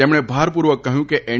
તેમણે ભારપૂર્વક કહ્યું કે એન